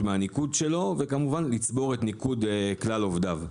מהניקוד שלו וכמובן לצבור את ניקוד כלל עובדיו.